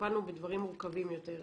טיפלנו בדברים מורכבים יותר.